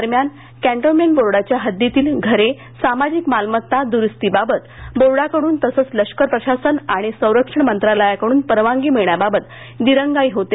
दरम्यान कॅन्टोन्मेंट बोर्डाच्या हद्दीतील घरे सामाजिक मालमत्ता दुरुस्तीबाबत बोर्डाकडून तसंच लष्कर प्रशासन आणि संरक्षण मंत्रालयाकडून परवागनी मिळण्यात दिरंगाई होते